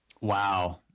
wow